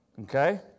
Okay